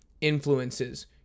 influences